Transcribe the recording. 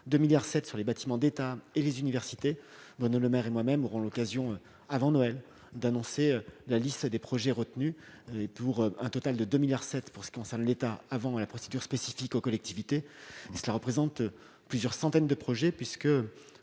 le seront sur les bâtiments d'État et les universités. Bruno Le Maire et moi-même aurons l'occasion, avant Noël, d'annoncer la liste des projets retenus en ce qui concerne l'État, avant la procédure spécifique pour les collectivités. Cela représente plusieurs centaines de projets, puisque